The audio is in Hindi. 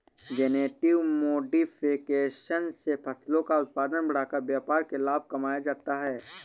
जेनेटिक मोडिफिकेशन से फसलों का उत्पादन बढ़ाकर व्यापार में लाभ कमाया जाता है